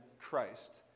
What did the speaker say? Christ